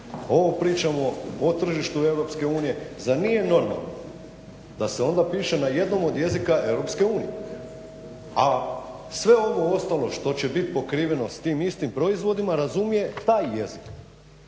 Ovo pričamo o tržištu EU. Zar nije normalno da se onda piše na jednom od jezika EU, a sve ovo ostalo što će biti pokriveno s tim istim proizvodima razumije taj jezik.